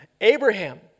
Abraham